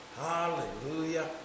Hallelujah